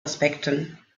aspekten